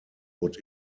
would